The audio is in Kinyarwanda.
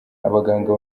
abaganga